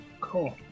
Cool